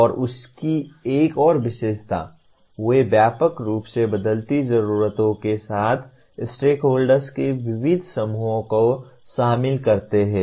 और उस की एक और विशेषता वे व्यापक रूप से बदलती जरूरतों के साथ स्टेकहोल्डर्स के विविध समूहों को शामिल करते हैं